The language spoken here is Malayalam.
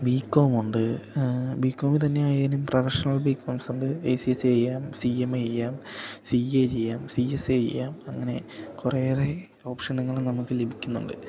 ബി കോമുണ്ട് ബി കോമില് തന്നെ ആയാലും പ്രൊഫഷണൽ ബി കോംസുണ്ട് എ സി സി എ ചെയ്യാം സി എം എ ചെയ്യാം സി എ ചെയ്യാം സി എസ് എ ചെയ്യാം അങ്ങനെ കുറേയേറെ ഓപ്ഷനുകളും നമുക്ക് ലഭിക്കുന്നുണ്ട്